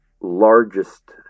largest